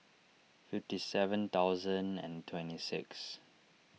fifty seven thousand and twenty six